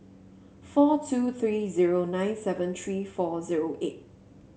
four two three zero nine seven three four zero eight